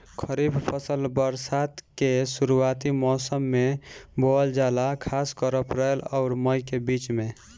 खरीफ फसल बरसात के शुरूआती मौसम में बोवल जाला खासकर अप्रैल आउर मई के बीच में